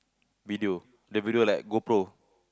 video the video like GoPro